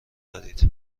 دارید